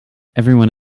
everyone